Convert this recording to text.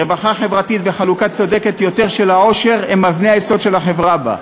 רווחה חברתית וחלוקה צודקת יותר של העושר הם אבני היסוד של החברה שבה,